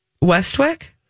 Westwick